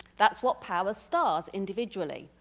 that's what powers stars individually.